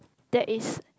that is